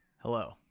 Hello